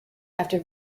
after